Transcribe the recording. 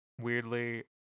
weirdly